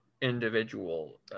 individual